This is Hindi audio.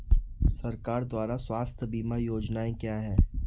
सरकार द्वारा स्वास्थ्य बीमा योजनाएं क्या हैं?